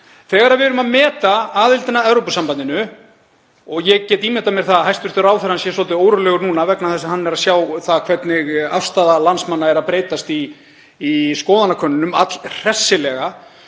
Þegar við erum að meta aðildina að Evrópusambandinu, og ég get ímyndað mér að hæstv. ráðherrann sé svolítið órólegur núna vegna þess að hann er að sjá það hvernig afstaða landsmanna er að breytast í skoðanakönnunum allhressilega,